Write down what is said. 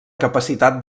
capacitat